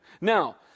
Now